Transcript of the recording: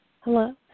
Hello